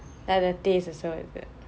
like the taste also is it